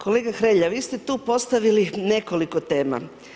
Kolega Hrelja, vi ste tu postavili nekoliko tema.